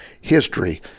history